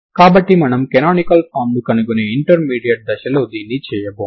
కాబట్టి మనం canonical form ను కనుగొనే ఇంటర్మీడియట్ దశ లో దీన్ని చేయబోము